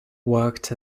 worked